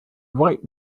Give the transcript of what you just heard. right